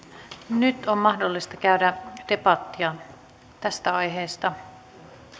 nyt on mahdollista käydä debattia tästä aiheesta